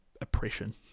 oppression